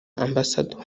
ambassador